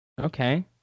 Okay